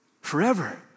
Forever